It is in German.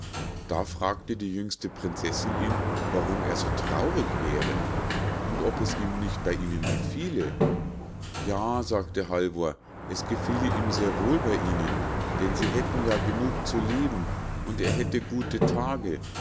da fragte die jüngste prinzessinn ihn warum er so traurig wäre und ob es ihm nicht bei ihnen gefiele ja sagte halvor es gefiele ihm sehr wohl bei ihnen denn sie hätten ja genug zu leben und er hätte gute tage